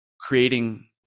creating